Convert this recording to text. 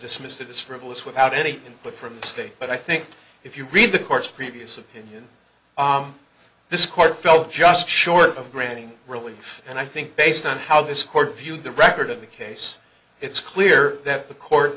dismissed it as frivolous without any input from the state but i think if you read the court's previous of this court fell just short of granting relief and i think based on how this court viewed the record of the case it's clear that the court